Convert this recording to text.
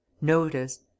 Notice